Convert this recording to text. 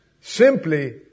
simply